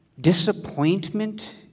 disappointment